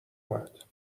اومد